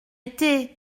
été